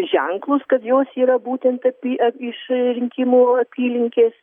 ženklus kad jos yra būtent api apy iš rinkimų apylinkės